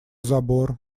забор